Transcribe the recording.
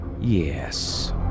Yes